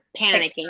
panicking